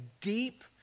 deep